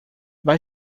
vai